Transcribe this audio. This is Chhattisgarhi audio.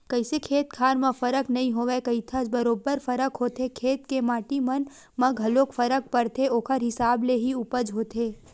कइसे खेत खार म फरक नइ होवय कहिथस बरोबर फरक होथे खेत के माटी मन म घलोक फरक परथे ओखर हिसाब ले ही उपज होथे